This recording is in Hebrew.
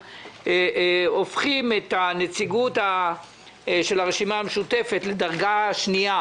הופכים את הנציגות של הרשימה המשותפת לדרגה שנייה,